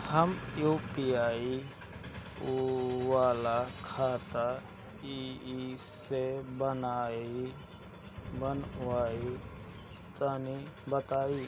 हम यू.पी.आई वाला खाता कइसे बनवाई तनि बताई?